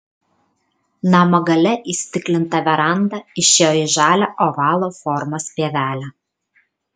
namo gale įstiklinta veranda išėjo į žalią ovalo formos pievelę